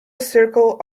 circle